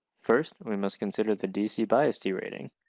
first, we must consider the dc bias derating.